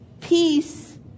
peace